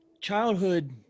childhood